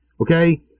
Okay